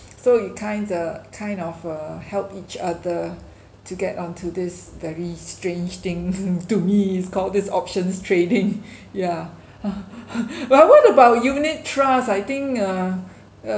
so you kinda kind of uh help each other to get onto this very strange thing to me it's called this options trading yeah but what about unit trust I think uh uh